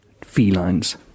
felines